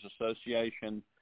Association